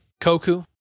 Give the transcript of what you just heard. koku